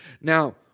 Now